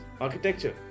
architecture